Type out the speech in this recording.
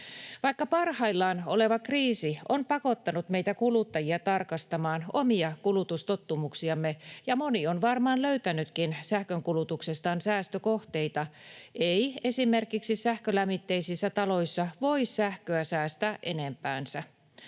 Vaikka parhaillaan oleva kriisi on pakottanut meitä kuluttajia tarkastamaan omia kulutustottumuksiamme ja moni on varmaan löytänytkin sähkönkulutuksestaan säästökohteita, ei esimerkiksi sähkölämmitteisissä taloissa voi sähköä säästää enempäänsä.